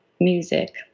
music